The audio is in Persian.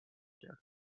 کرد